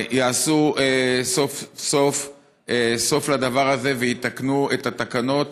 יעשו סוף-סוף סוף לדבר הזה ויתקנו את התקנות